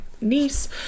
niece